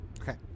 Okay